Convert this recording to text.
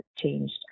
changed